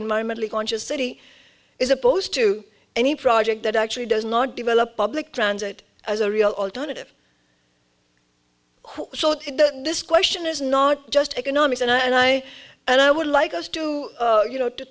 environmentally conscious city is opposed to any project that actually does not develop public transit as a real alternative this question is not just economics and i and i and i would like us to you know to